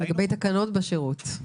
לגבי תקנות בשירות.